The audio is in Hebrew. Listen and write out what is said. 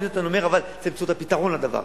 עם זאת, אני אומר שצריך למצוא את הפתרון לדבר.